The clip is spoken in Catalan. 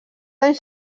anys